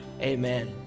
Amen